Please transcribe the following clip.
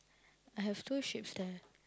I have two sheeps there